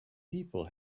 people